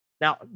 Now